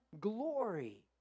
glory